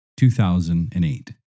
2008